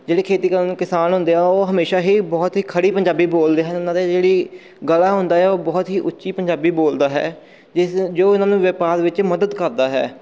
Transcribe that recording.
ਜਿਹੜੀ ਖੇਤੀ ਕਰਨ ਨੂੰ ਕਿਸਾਨ ਹੁੰਦੇ ਆ ਉਹ ਹਮੇਸ਼ਾ ਹੀ ਬਹੁਤ ਹੀ ਖੜੀ ਪੰਜਾਬੀ ਬੋਲਦੇ ਹਨ ਉਹਨਾਂ ਦੇ ਜਿਹੜੀ ਗਲਾ ਹੁੰਦਾ ਆ ਉਹ ਬਹੁਤ ਹੀ ਉੱਚੀ ਪੰਜਾਬੀ ਬੋਲਦਾ ਹੈ ਜਿਸ ਜੋ ਇਹਨਾਂ ਨੂੰ ਵਪਾਰ ਵਿੱਚ ਮਦਦ ਕਰਦਾ ਹੈ